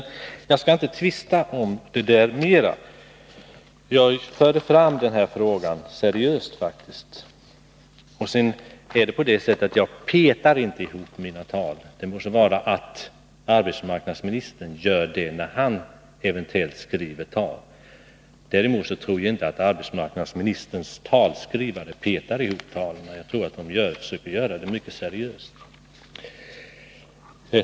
Jag skall inte tvista mer om detta, men jag förde faktiskt fram denna fråga seriöst. Jag ”petar” dessutom inte ihop mina tal. Det må så vara att arbetsmarknadsministern gör det, när han eventuellt skriver tal. Däremot tror jag inte att arbetsmarknadsministerns talskrivare ”petar ihop” talen. Jag tror att de försöker göra det mycket seriöst.